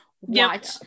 watch